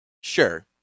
Sure